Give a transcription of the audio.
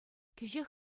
кӗҫех